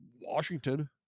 Washington